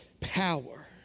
Power